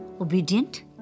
obedient